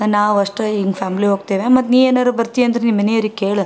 ನಾವು ಅಷ್ಟೇ ಹೀಗ್ ಫ್ಯಾಮ್ಲಿ ಹೋಗ್ತೇವೆ ಮತ್ತು ನೀ ಏನಾದ್ರು ಬರ್ತೀಯ ಅಂದರೆ ನಿಮ್ಮ ಮನೆಯವ್ರಿಗ್ ಕೇಳು